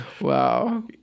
Wow